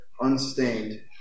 unstained